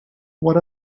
what